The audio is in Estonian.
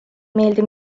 meeldi